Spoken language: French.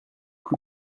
plus